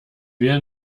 wir